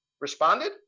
responded